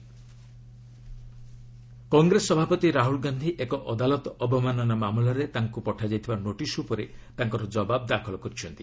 SC Rafale Rahul Congress ସଭାପତି ରାହୁଲ୍ ଗାନ୍ଧି ଏକ ଅଦାଳତ ଅବମାନନା ମାମଲାରେ ତାଙ୍କୁ ପଠାଯାଇଥିବା ନୋଟିସ୍ ଉପରେ ତାଙ୍କର ଜବାବ୍ ଦାଖଲ କରିଛନ୍ତି